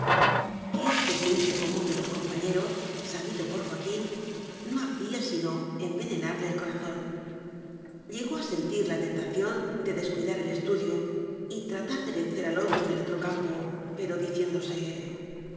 estudiar y este juicio común de los compañeros sabido por joaquín no hacía sino envenenarle el co razón llegó a sentir la tentación de descui dar el estudio y tratar de vencer al otro en el otro campo pero diciéndose